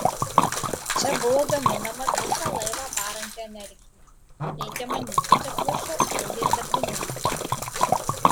čia buvo gaminama visą laivą varanti energija reikia manyti čia plušo aibės darbininkų